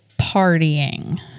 partying